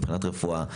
מבחינת רפואה.